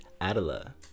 Adela